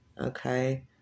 Okay